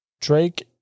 Drake